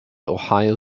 ohio